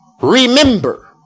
remember